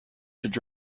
should